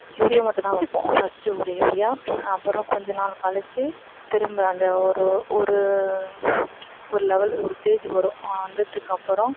urea மட்டுந்தான் வைப்போம் first ஒரு யூரியா அப்புறம் கொஞ்சம்நாள் கழிச்சி திரும்ப அந்த ஒரு ஒரு ஒரு லெவல் ஒரு ஸ்டேஜ் வரும் வந்ததுக்கப்புறம்